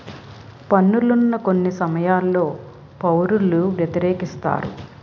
పన్నులను కొన్ని సమయాల్లో పౌరులు వ్యతిరేకిస్తారు